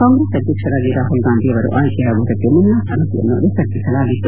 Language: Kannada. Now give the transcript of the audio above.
ಕಾಂಗ್ರೆಸ್ ಅಧ್ಯಕ್ಷರಾಗಿ ರಾಹುಲ್ ಗಾಂಧಿ ಅವರು ಆಯ್ಕೆಯಾಗುವುದಕ್ಕೆ ಮುನ್ನ ಸಮಿತಿಯನ್ನು ವಿಸರ್ಜಿಸಲಾಗಿತ್ತು